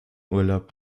urlaub